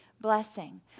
blessing